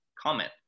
comment